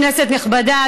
כנסת נכבדה,